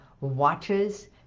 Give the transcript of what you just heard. watches